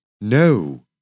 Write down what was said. No